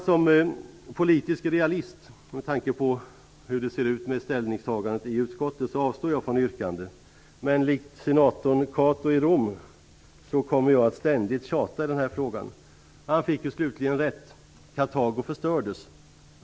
Som politisk realist, med tanke på hur ställningstagandet i utskottet ser ut, avstår jag från yrkande. Men likt senator Cato i Rom kommer jag att ständigt tjata i den här frågan. Han fick slutligen rätt. Kartago förstördes.